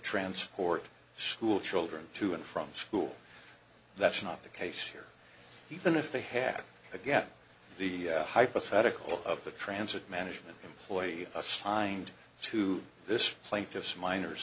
transport school children to and from school that's not the case here even if they have to get the hypothetical of the transit management employee assigned to this plaintiff's minor